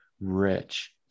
rich